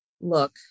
look